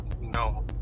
No